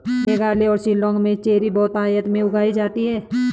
मेघालय और शिलांग में चेरी बहुतायत में उगाई जाती है